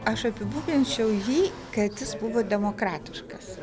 aš apibūdinčiau jį kad jis buvo demokratiškas